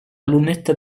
lunetta